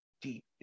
deep